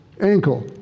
ankle